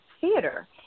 theater